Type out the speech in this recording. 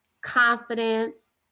confidence